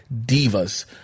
divas